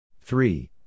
Three